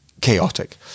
chaotic